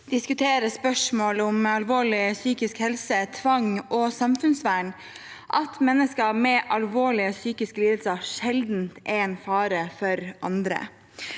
diskuterer spørsmål om alvorlig psykisk helse, tvang og samfunnsvern, at mennesker med alvorlige psykiske lidelser sjelden er en fare for andre.